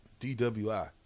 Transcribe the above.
DWI